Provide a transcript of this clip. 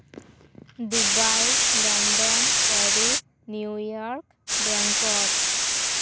Dubai London Paris New York Bangkok